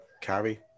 Carry